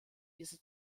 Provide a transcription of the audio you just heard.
dieser